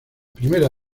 primera